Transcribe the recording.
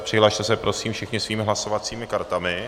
Přihlaste se prosím všichni svými hlasovacími kartami.